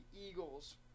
Eagles